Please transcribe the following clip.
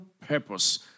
purpose